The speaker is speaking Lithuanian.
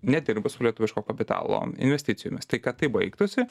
nedirba su lietuviško kapitalo investicijomis tai kad tai baigtųsi